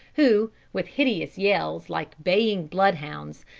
who, with hideous yells, like baying bloodhounds,